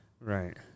right